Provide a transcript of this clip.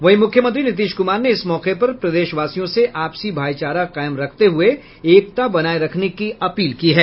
वहीं मुख्यमंत्री नीतीश कुमार ने इस मौके पर प्रदेशवासियों से आपसी भाईचारा कायम रखते हुये एकता बनाये रखने की अपील की है